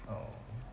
!ow!